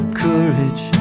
courage